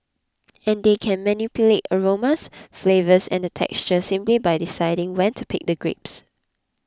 and they can manipulate aromas flavours and textures simply by deciding when to pick the grapes